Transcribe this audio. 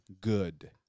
good